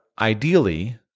ideally